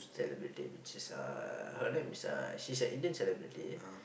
celebrity which is uh her name is a uh she's an Indian celebrity